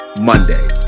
Monday